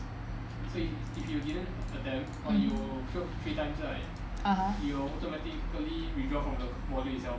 (uh huh)